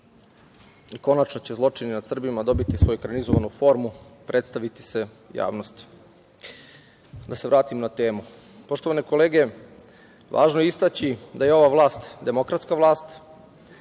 i konačno će zločini nad Srbima dobiti svoju ekranizovanu formu, predstaviti se javnosti. Da se vratim na temu. Poštovane kolege, važno je istaći da je ova vlast demokratska vlast